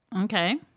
Okay